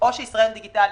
ישראל דיגיטלית,